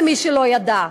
למי שלא ידע,